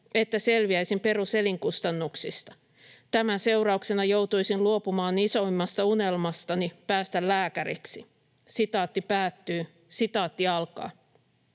että selviäisin peruselinkustannuksista. Tämän seurauksena joutuisin luopumaan isoimmasta unelmastani päästä lääkäriksi.” ”Opiskelijana